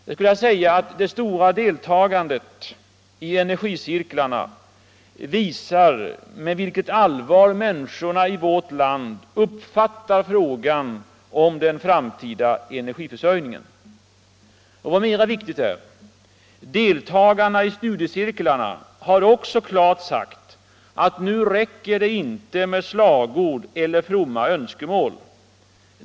Det stora deltagandet i energicirklarna visar med vilket allvar människorna i vårt land uppfattar frågan om den framtida energiförsörjningen. Och vad mera viktigt är: deltagarna i studiecirklarna har också klart sagt att nu räcker det inte med slagord eller fromma önskemål.